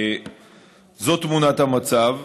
זאת תמונת המצב.